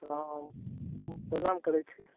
हँ प्रणाम करय छी